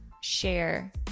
share